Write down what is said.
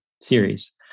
series